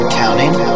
counting